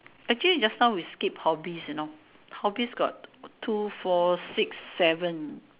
actually just now we skip hobbies you know hobbies got two four six seven